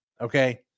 Okay